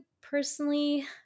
personally